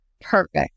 perfect